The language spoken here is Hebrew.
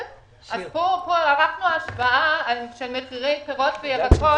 ערכנו השוואה של מחירי פירות וירקות